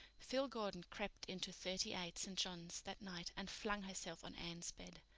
phil gordon crept into thirty-eight, st. john's, that night and flung herself on anne's bed.